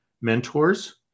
mentors